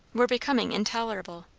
were becoming intolerable.